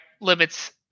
limits